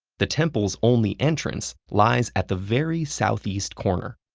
the temple's only entrance lies at the very southeast corner.